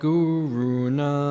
Guruna